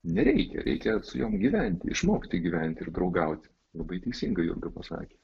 nereikia reikia su jom gyventi išmokti gyventi ir draugauti labai teisingai jurga pasakė